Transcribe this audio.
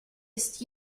ist